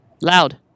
Loud